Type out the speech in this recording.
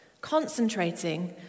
concentrating